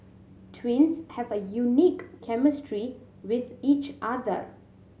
twins have a unique chemistry with each other